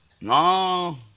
No